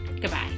Goodbye